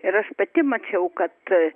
ir aš pati mačiau kad